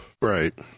Right